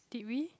did we